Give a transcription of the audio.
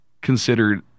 considered